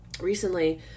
recently